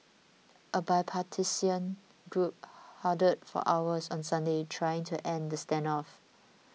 a bipartisan group huddled for hours on Sunday trying to end the standoff